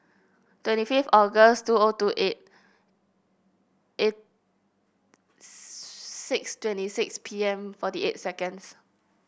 twenty fifth August two O two eight eight six twenty six P M forty eight seconds